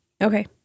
Okay